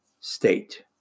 state